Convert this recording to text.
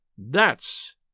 That's